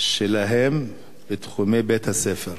שלהם בתחומי בית-הספר.